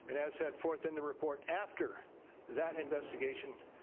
and as set forth in the report after that investigation,